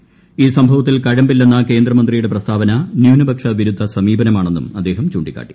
മുഖ്യമന്ത്രി ഈ സംഭവത്തിൽ കഴമ്പില്ലെന്ന കേന്ദ്രമന്ത്രിയുടെ പ്രസ്താവന ന്യൂനപക്ഷ വിരുദ്ധ സമീപനമാണെന്നും അദ്ദേഹം ചൂണ്ടിക്കാട്ടി